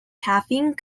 caffeine